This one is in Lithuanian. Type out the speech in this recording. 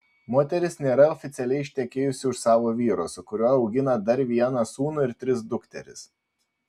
moteris nėra oficialiai ištekėjusi už savo vyro su kuriuo augina dar vieną sūnų ir tris dukteris